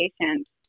patients